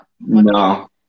no